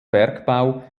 bergbau